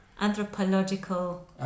anthropological